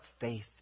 faith